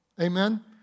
Amen